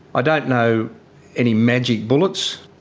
i don't know any magic bullets.